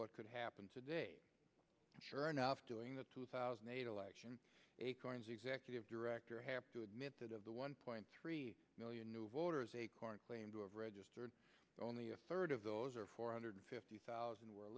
what could happen today sure enough doing the two thousand and eight election acorn's executive director have to admit that of the one point three million new voters acorn claimed to have registered only a third of those or four hundred fifty thousand were